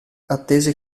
attese